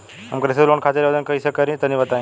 हम कृषि लोन खातिर आवेदन कइसे करि तनि बताई?